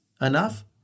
enough